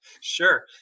Sure